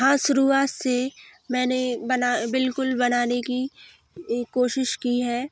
हाँ शुरुआत से मैंने बना बिल्कुल बनाने की ये कोशिश की है